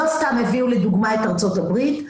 לא סתם הביאו לדוגמה את ארצות הברית.